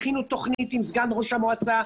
הכינו תוכנית עם סגן ראש המועצה,